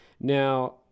now